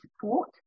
support